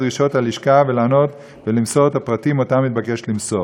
דרישות הלשכה ולענות ולמסור את הפרטים אותם התבקש למסור.